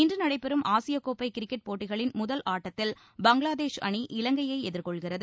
இன்று நடைபெறும் ஆசிய கோப்பை கிரிக்கெட் போட்டிகளின் முதல் ஆட்டத்தில் பங்களாதேஷ் அணி இலங்கையை எதிர்கொள்கிறது